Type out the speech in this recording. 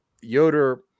Yoder